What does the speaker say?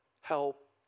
help